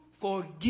forgive